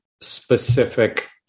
specific